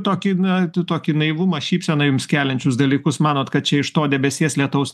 tokį na tokį naivumą šypseną jums keliančius dalykus manot kad čia iš to debesies lietaus